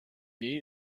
wir